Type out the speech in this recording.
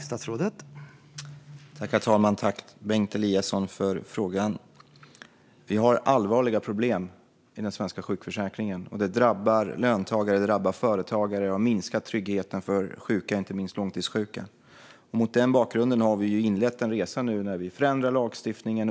Herr talman! Tack, Bengt Eliasson, för frågan! Vi har allvarliga problem i den svenska sjukförsäkringen. Det drabbar löntagare och företagare och har minskat tryggheten för sjuka, inte minst långtidssjuka. Mot denna bakgrund har vi nu inlett en resa där vi förändrar lagstiftningen.